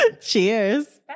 Cheers